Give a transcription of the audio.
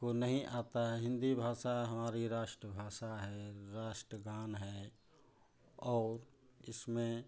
को नहीं आता है हिन्दी भाषा हमारी राष्ट्रभाषा है राष्ट्रगान है और इसमें